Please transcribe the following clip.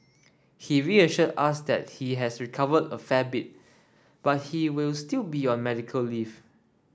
he reassured us that he has recovered a fair bit but he will still be on medical leave